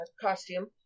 costume